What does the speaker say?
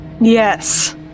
Yes